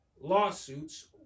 lawsuits